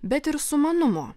bet ir sumanumo